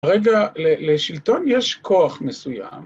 רגע, לשלטון יש כוח מסוים.